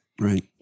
Right